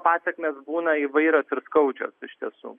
pasekmės būna įvairios ir skaudžios iš tiesų